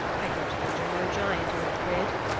i go to injure no giant, old grid,